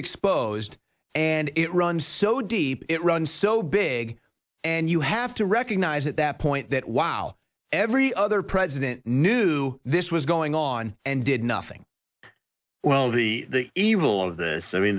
exposed and it runs so deep it runs so big and you have to recognize at that point that while every other president knew this was going on and did nothing well the evil of th